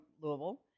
Louisville